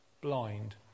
blind